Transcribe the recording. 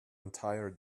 entire